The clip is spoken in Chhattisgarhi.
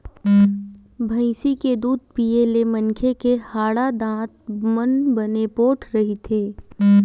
भइसी के दूद पीए ले मनखे के हाड़ा, दांत मन बने पोठ रहिथे